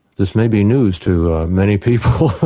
this may be news to many people,